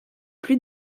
plus